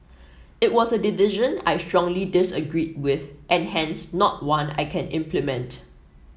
it was a decision I strongly disagreed with and hence not one I can implement